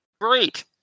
Great